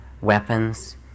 weapons